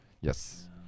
Yes